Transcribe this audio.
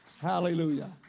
Hallelujah